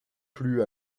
plus